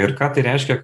ir ką tai reiškia